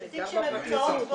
זה תיק שמבוצעות בו,